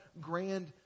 grand